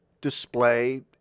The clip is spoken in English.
display